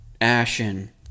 Ashen